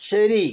ശരി